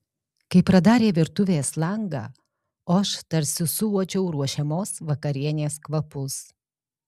kai pradarė virtuvės langą o aš tarsi suuodžiau ruošiamos vakarienės kvapus